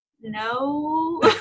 no